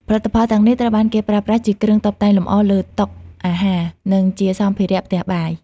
ផលិតផលទាំងនេះត្រូវបានគេប្រើប្រាស់ជាគ្រឿងតុបតែងលម្អលើតុអាហារ និងជាសម្ភារៈផ្ទះបាយ។